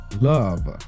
love